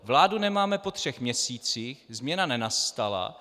Vládu nemáme po třech měsících, změna nenastala.